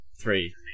three